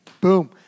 Boom